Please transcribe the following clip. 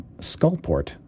Skullport